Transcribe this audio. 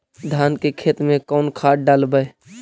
धान के खेत में कौन खाद डालबै?